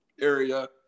area